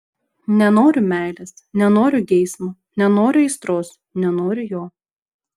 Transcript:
nenoriu meilės nenoriu geismo nenoriu aistros nenoriu jo